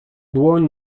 dłoń